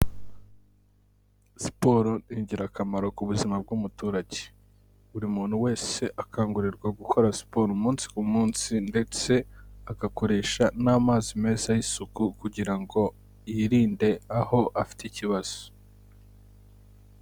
Siporo n’ingirakamaro ku buzima bw'umuturage, buri muntu wese akangurirwa gukora siporo umunsi ku munsi, ndetse agakoresha n'amazi meza y'isuku kugira ngo yirinde aho afite ikibazo.